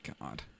God